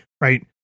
right